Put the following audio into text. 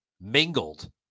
mingled